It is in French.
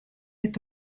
est